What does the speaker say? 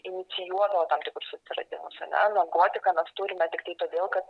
inicijuodavo tam tikrus atsiradimus ane naguoti ką mes turime tiktai todėl kad